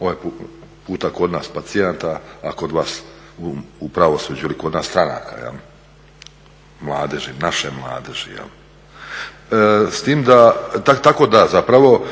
ovaj puta kod nas pacijenata, a kod vas u pravosuđu ili kod nas stranaka, mladeži, naše mladeži. Tako da zapravo